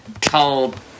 told